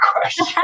question